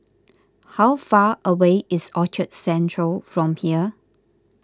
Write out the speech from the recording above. how far away is Orchard Central from here